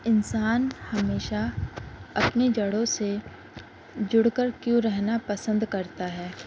انسان ہمیشہ اپنی جڑوں سے جڑ کر کیوں رہنا پسند کرتا ہے